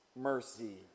mercy